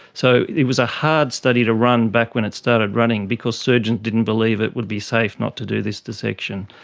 so it was a hard study to run back when it started running because surgeons didn't believe it would be safe not to do this dissection.